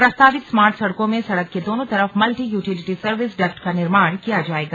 प्रस्तावित स्मार्ट सड़कों में सड़क के दोनों तरफ मल्टी यूटिलिटी सर्विस डक्ट का निर्माण किया जायेगा